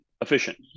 efficient